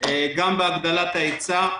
גם בהגדלת ההיצע.